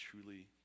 truly